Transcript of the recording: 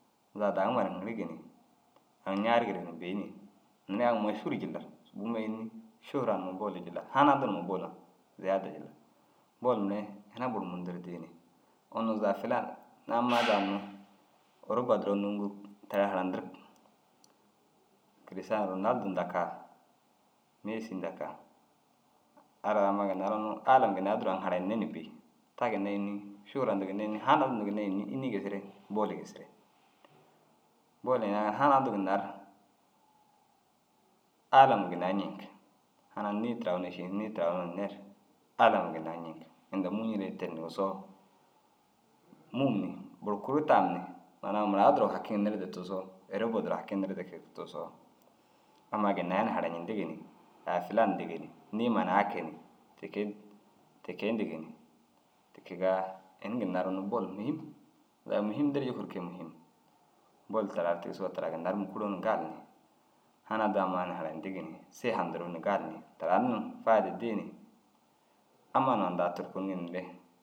Zaga daguma ru ŋirigi ni aŋ ñaarigire na bêyi ni. Neere aŋ mašhur jillar subuuma înni? Šûra numa bol jillar hanadi numa bola ziyaada jilla bol mire ina buru mundu ru dii ni. Unnu zaga filan ammai uruba duro nûŋgurug tira harandirig. Tiriša rûnaldo nda ke mêsi nda kaa ara amma ginna ru unnu alum ginna duro aŋ hanayinne na bêyi. Ta ginna înni? Šuura hunduu ginna ini hanadi hunduu ginna ini înnii gisire? Bolii gisire. Bolii ina hanaduu ginnar aalu ginna i nceeg. Hanadi nii tira u na ši nii tira u na hinne ru alum ginna i nceeg. Inda mûyire te ndigisoo, mûum ni biri kuru taam ni ina mura duro haki nirde tigisoo, erobuu duro haki nirde kee tigisoo ammaa ginna i ni harañindigi ni « ai filan » indigi ni. Niima na ai kee ni ti kee, ti kee indigi ni. Ti kegaa ini ginna ru unnu bol muhim, zaga muhim ndirii jikuu ru kege muhim. Bol taarar tigisoo taara ginna ru mûkuroo na gali ni hanadi ammaa ŋa na hanayindigi ni siha nduruu ni gali ni taara ru na fayida dii ni. Amma hunaa na daa findire.